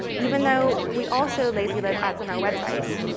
even though we also lazy-load ads on our website,